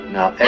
Now